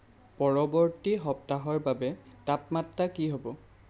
পৰৱৰ্তী সপ্তাহৰ বাবে তাপমাত্ৰা কি হ'ব